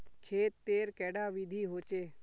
खेत तेर कैडा विधि होचे?